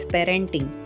Parenting